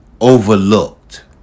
overlooked